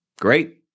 Great